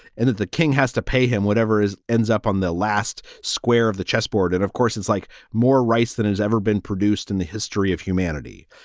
and that the king has to pay him whatever is ends up on the last square of the chessboard. and of course, it's like more rice than has ever been produced in the history of humanity.